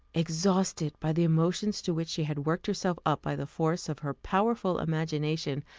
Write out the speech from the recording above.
exhausted by the emotions to which she had worked herself up by the force of her powerful imagination,